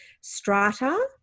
strata